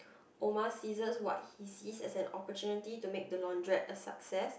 Omar seizes what he sees as an opportunity to make the laundrette a success